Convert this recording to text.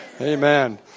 Amen